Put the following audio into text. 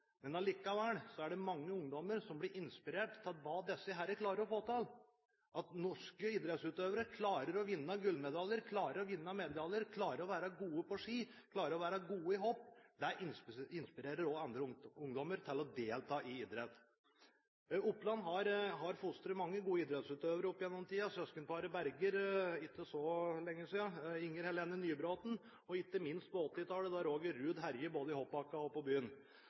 er likevel mange ungdommer som blir inspirert av hva disse klarer å få til. At norske idrettsutøvere klarer å vinne gullmedaljer, klarer å vinne medaljer, klarer å være gode på ski, klarer å være gode i hopp, inspirerer også andre ungdommer til å delta i idrett. Oppland har fostret mange gode idrettsutøvere opp gjennom tidene – søskenparet Berger, for ikke så lenge siden Inger Helene Nybråten og ikke minst Roger Ruud, som på 1980-tallet herjet både i hoppbakken og på byen.